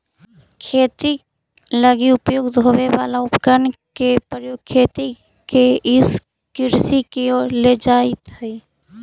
खेती लगी उपयुक्त होवे वाला उपकरण के प्रयोग खेती के ई कृषि के ओर ले जाइत हइ